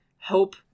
hope